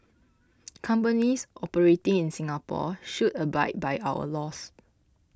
companies operating in Singapore should abide by our laws